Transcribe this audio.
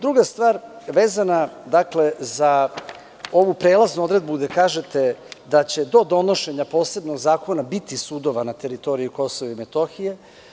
Druga stvar vezana za ovu prelaznu odredbu gde kažete da će do donošenja posebnog zakona biti sudova na teritoriji Kosova i Metohije.